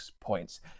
points